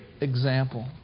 example